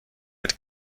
mit